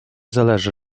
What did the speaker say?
zależy